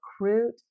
recruit